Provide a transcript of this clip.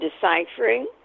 deciphering